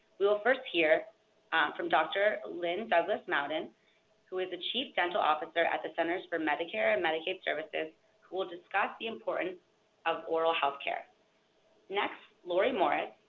we will first hear from dr. lynn douglas mouden who is the chief dental officer at the centers for medicare and medicaid services who will discuss the importance of oral healthcare. next, laurie norris,